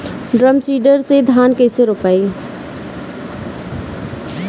Drum seeder से धान कैसे रोपाई?